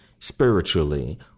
spiritually